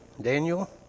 Daniel